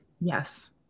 Yes